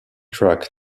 track